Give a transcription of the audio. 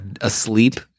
asleep